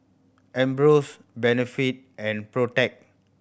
Ambros Benefit and Protex